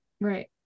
Right